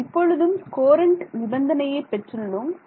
நாம் இப்பொழுதும் கோரண்ட் நிபந்தனையை பெற்றுள்ளோம்